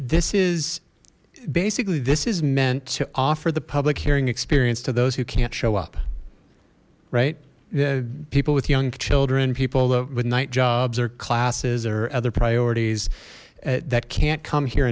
this is basically this is meant to offer the public hearing experience to those who can't show up right yeah people with young children people with night jobs or classes or other priorities that can't come here